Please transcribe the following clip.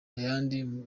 n’ayandi